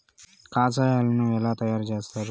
కషాయాలను ఎలా తయారు చేస్తారు?